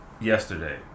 Yesterday